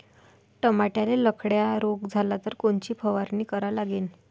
टमाट्याले लखड्या रोग झाला तर कोनची फवारणी करा लागीन?